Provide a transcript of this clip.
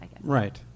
Right